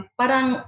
parang